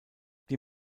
die